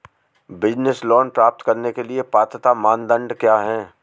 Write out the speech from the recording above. Business loan प्राप्त करने के लिए पात्रता मानदंड क्या हैं?